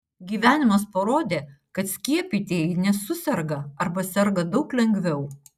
gyvenimas parodė kad skiepytieji nesuserga arba serga daug lengviau